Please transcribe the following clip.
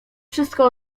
wszystko